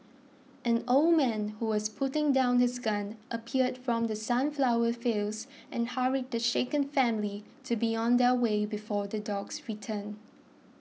an old man who was putting down his gun appeared from the sunflower fields and hurried the shaken family to be on their way before the dogs return